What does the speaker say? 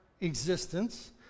existence